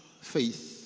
faith